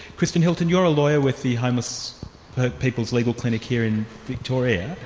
kristen hilton you're a lawyer with the homeless people's legal clinic here in victoria.